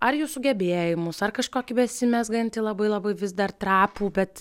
ar jų sugebėjimus ar kažkokį besimezgantį labai labai vis dar trapų bet